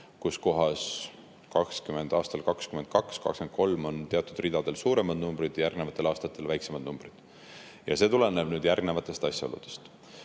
et aastatel 2022 ja 2023 on teatud ridadel suuremad numbrid ning järgnevatel aastatel väiksemad numbrid. See tuleneb järgnevatest asjaoludest.